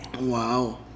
Wow